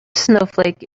snowflake